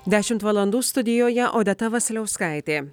dešimt valandų studijoje odeta vasiliauskaitė